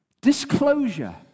disclosure